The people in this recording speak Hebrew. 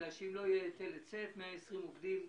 כי אם לא יהיה היטל היצף 120 עובדים,